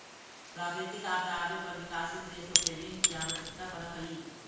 प्राकृतिक आपदा आवे पर विकासशील देशों को ऋण की आवश्यकता पड़अ हई